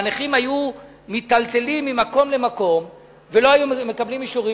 הנכים היו מיטלטלים ממקום למקום ולא היו מקבלים אישורים,